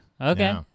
Okay